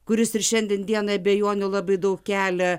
kuris ir šiandien dienai abejonių labai daug kelia